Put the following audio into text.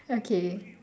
okay